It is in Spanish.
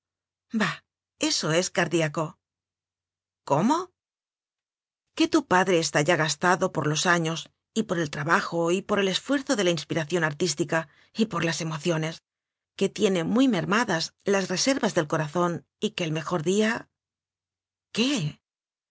bah eso es cardíaco cómo que tu padre está ya gastado por los años y el trabajo y por el esfuerzo de la ins piración artística y por emociones que tiene muy mermadas las reservas del cora zón y que el mejor día qué